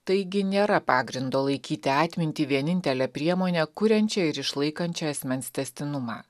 taigi nėra pagrindo laikyti atmintį vienintele priemone kuriančia ir išlaikančia asmens tęstinumą